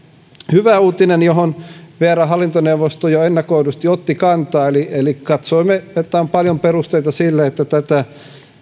hyvä uutinen johon vrn hallintoneuvosto jo ennakoidusti otti kantaa eli eli katsoimme että on paljon perusteita sille että tätä